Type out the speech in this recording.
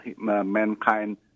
mankind